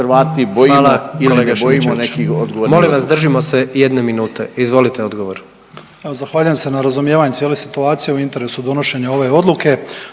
Hvala kolega Šimičević, molim vas držimo se jedne minute. Izvolite odgovor. **Banožić, Mario (HDZ)** Zahvaljujem se na razumijevanju cijele situacije u interesu donošenja ove odluke